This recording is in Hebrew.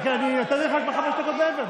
אני נתתי לך כבר חמש דקות מעבר.